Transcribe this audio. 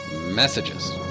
messages